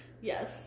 Yes